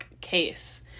case